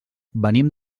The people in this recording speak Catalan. venim